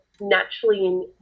naturally